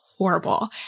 horrible